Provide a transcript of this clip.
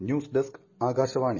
news desk Akashvani